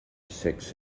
sex